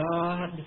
God